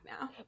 now